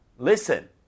Listen